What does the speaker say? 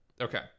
okay